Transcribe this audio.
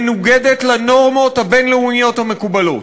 מנוגדת לנורמות הבין-לאומיות המקובלות.